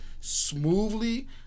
smoothly